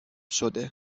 شده